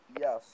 yes